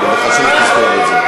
וזה חשוב שתזכור את זה פה.